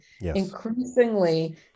increasingly